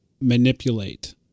manipulate